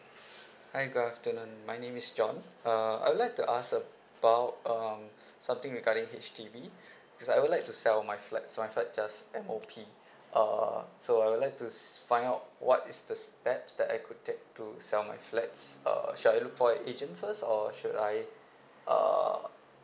hi good afternoon my name is john uh I would like to ask about um something regarding H_D_B cause I would like to sell my flat so my flat just M_O_P uh so I would like to find out what is the steps that I could take to sell my flats uh shall I look for a agent first or should I uh